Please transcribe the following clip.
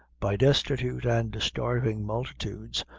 by destitute and starving multitudes,